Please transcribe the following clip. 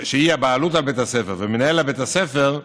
שהיא הבעלות על בית הספר, ומנהל בית הספר,